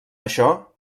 això